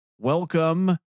Welcome